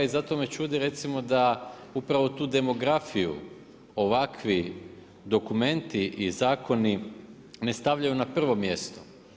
I zato me čudi da recimo da upravo tu demografiju ovakvi dokumenti i zakoni ne stavljaju na prvo mjesto.